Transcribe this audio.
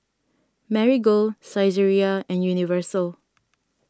Marigold Saizeriya and Universal